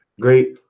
great